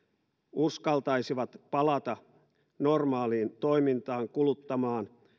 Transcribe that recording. uskaltaisivat palata normaaliin toimintaan kuluttamaan